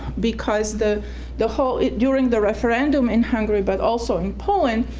because the the whole during the referendum in hungary but also in poland